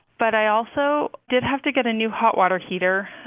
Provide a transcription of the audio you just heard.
but i also did have to get a new hot water heater,